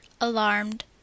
alarmed